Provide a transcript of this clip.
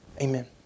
Amen